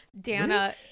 Dana